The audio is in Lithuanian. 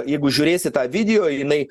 jeigu žiūrėsi tą video ir jinai